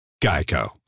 Geico